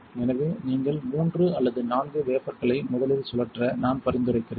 எனவே நீங்கள் மூன்று அல்லது நான்கு வேபர்களை முதலில் சுழற்ற நான் பரிந்துரைக்கிறேன்